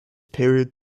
period